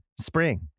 Spring